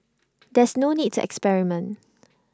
there's no need to experiment